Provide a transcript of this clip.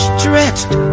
Stretched